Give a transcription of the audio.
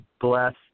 bless